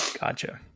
gotcha